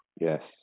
yes